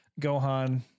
Gohan